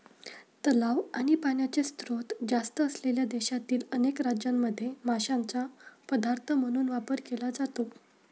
तलाव आणि पाण्याचे स्त्रोत जास्त असलेल्या देशातील अनेक राज्यांमध्ये माशांचा पदार्थ म्हणून वापर केला जातो